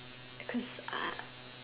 cause I